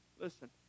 Listen